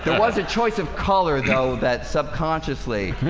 and was a choice of color though that subconsciously